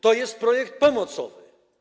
To jest projekt pomocowy.